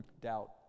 doubt